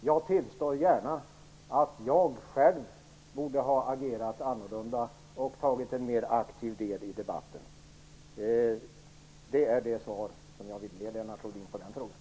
Jag tillstår gärna att jag själv borde ha agerat annorlunda och tagit en mer aktiv del i debatten. Det är det svar som jag vill ge Lennart Rohdin på den frågan.